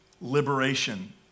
liberation